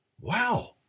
Wow